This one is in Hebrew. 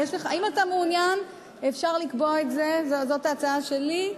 אם אתה מעוניין, אפשר לקבוע את זה, זאת ההצעה שלי,